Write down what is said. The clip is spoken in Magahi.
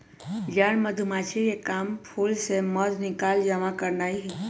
जन मधूमाछिके काम फूल से मध निकाल जमा करनाए हइ